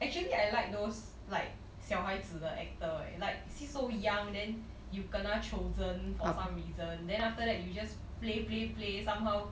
actually I like those like 小孩子的 actor eh like you see so young then you kena chosen for some reason then after that you just play play play somehow